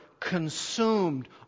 consumed